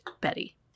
Betty